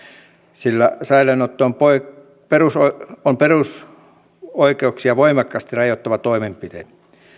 sillä säilöönotto on perusoikeuksia voimakkaasti rajoittava toimenpide